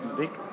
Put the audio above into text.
big